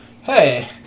Hey